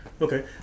Okay